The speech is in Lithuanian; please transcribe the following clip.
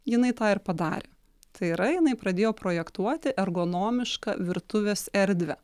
jinai tą ir padarė tai yra jinai pradėjo projektuoti ergonomišką virtuvės erdvę